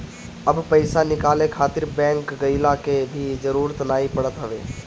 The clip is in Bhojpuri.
अब पईसा निकाले खातिर बैंक गइला के भी जरुरत नाइ पड़त हवे